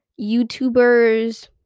youtubers